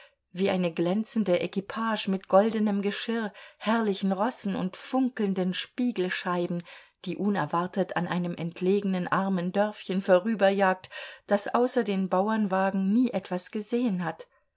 wie eine glänzende equipage mit goldenem geschirr herrlichen rossen und funkelnden spiegelscheiben die unerwartet an einem entlegenen armen dörfchen vorüberjagt das außer den bauernwagen nie etwas gesehen hat